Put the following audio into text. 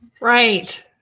Right